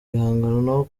bihangano